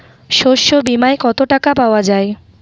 শস্য বিমায় কত টাকা পাওয়া যায়?